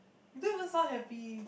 you don't even sound happy